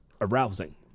arousing